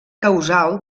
causal